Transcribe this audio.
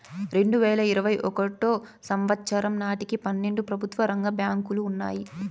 రెండువేల ఇరవై ఒకటో సంవచ్చరం నాటికి పన్నెండు ప్రభుత్వ రంగ బ్యాంకులు ఉన్నాయి